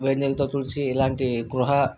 వేడి నీళ్లతో తుడచి ఇలాంటి గృహ